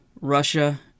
Russia